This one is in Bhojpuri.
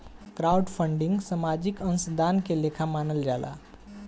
क्राउडफंडिंग सामाजिक अंशदान के लेखा मानल जाला